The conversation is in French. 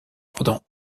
pendant